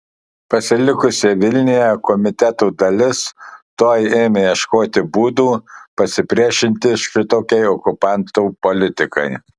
pasilikusi vilniuje komiteto dalis tuoj ėmė ieškoti būdų pasipriešinti šitokiai okupantų politikai